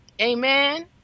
Amen